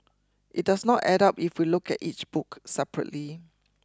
it does not add up if we look at each book separately